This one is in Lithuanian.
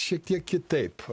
šiek tiek kitaip